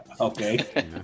Okay